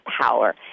power